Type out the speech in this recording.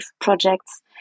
projects